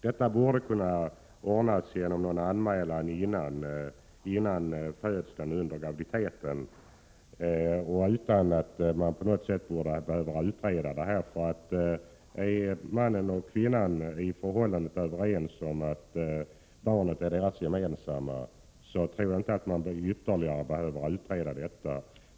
Detta borde kunna ordnas genom en anmälan under graviditeten och utan någon som helst utredning. Om mannen och kvinnan i förhållandet är överens om att barnet är deras gemensamma, så behöver man enligt min mening inte ytterligare utreda detta.